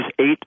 eight